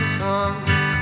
songs